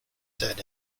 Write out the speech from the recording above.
said